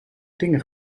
dingen